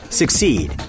succeed